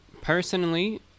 Personally